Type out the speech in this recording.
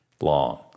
long